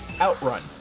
outrun